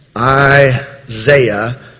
Isaiah